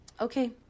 Okay